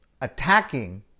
attacking